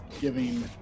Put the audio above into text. giving